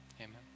amen